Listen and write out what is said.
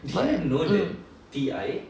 got mm